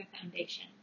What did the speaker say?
Foundation